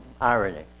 irony